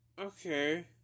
okay